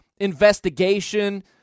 investigation